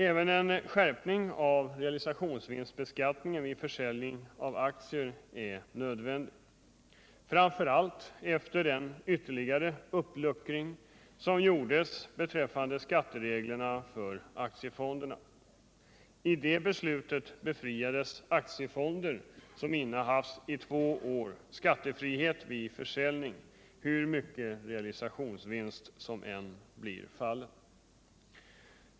Även en skärpning av realisationsvinstbeskattningen vid försäljning av aktier är nödvändig, framför allt efter den ytterligare uppluckring som gjordes beträffande skattereglerna för aktiefonderna. I det beslutet beviljades aktiefonder som innehafts i två år skattefrihet vid försäljning, hur stor realisationsvinst som än har uppstått.